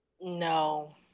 No